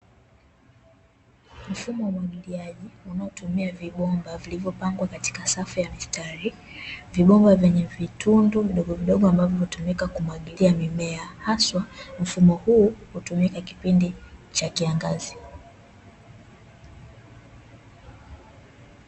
Mfumo wa umwagiliaji unaotumia vibomba vilivyopangwa katika safu ya mistari. Vibomba vyenye vitundu vidogo vinavyotumika kumwagilia mimea; haswa, mfumo huo hutumika kipindi cha kiangazi.